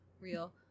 real